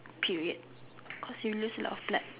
period cause you lose a lot of blood